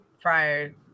prior